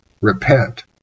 Repent